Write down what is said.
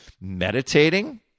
Meditating